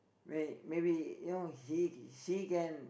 when maybe you know he he can